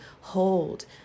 hold